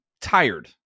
tired